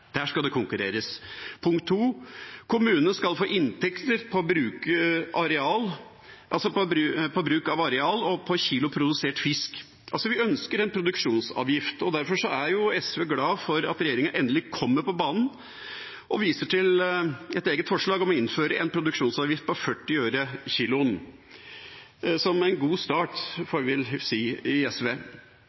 Der skal det konkurreres. Punkt to: Kommunene skal få inntekter på bruk av areal og på kilo produsert fisk. Vi ønsker altså en produksjonsavgift, og derfor er SV glad for at regjeringa endelig kommer på banen og viser til et eget forslag om å innføre en produksjonsavgift på 40 øre kiloen – som er en god start, får vel vi i SV si. Men denne vil først bli utbetalt i